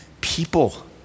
people